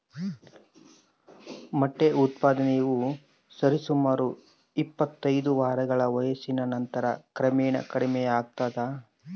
ಮೊಟ್ಟೆ ಉತ್ಪಾದನೆಯು ಸರಿಸುಮಾರು ಇಪ್ಪತ್ತೈದು ವಾರಗಳ ವಯಸ್ಸಿನ ನಂತರ ಕ್ರಮೇಣ ಕಡಿಮೆಯಾಗ್ತದ